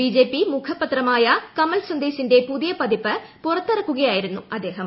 ബിജെഫ്ലി മുഖപത്രമായ കമൽ സന്ദേശിന്റെ പുതിയ പതിപ്പ് പുറത്തിറ്റക്കുകയായിരുന്നു അദ്ദേഹം